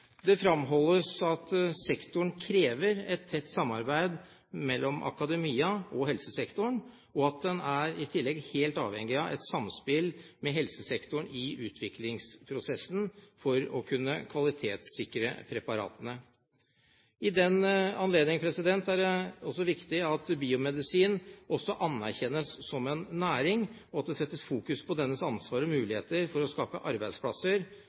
Det framholdes at sektoren krever et tett samarbeid med akademia og helsesektoren, og at den i tillegg er helt avhengig av et samspill med helsesektoren i utviklingsprosessen for å kunne kvalitetssikre preparatene. I den anledning er det viktig at biomedisin også anerkjennes som en næring og at det fokuseres på dennes ansvar og muligheter til å skape arbeidsplasser,